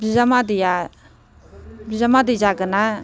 बिजामादैया बिजामादै जागोना